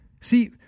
See